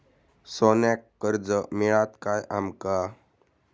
सोन्याक कर्ज मिळात काय आमका?